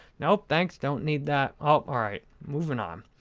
now, thanks, don't need that. all right, moving on.